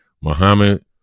Muhammad